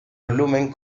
volumen